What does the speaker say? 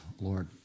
Lord